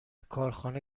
کارخانه